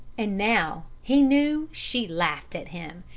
and now he knew she laughed at him.